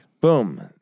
Boom